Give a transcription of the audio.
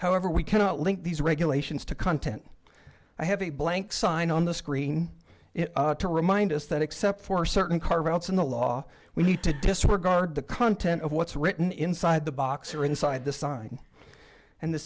however we cannot link these regulations to content i have a blank sign on the screen to remind us that except for certain carve outs in the law we need to disregard the content of what's written inside the box or inside the sign and the